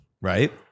right